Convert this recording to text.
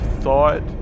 thought